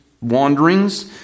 wanderings